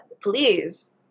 Please